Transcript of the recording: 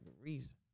reason